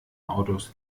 autos